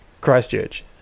Christchurch